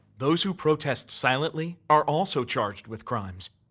those who protest silently are also charged with crimes.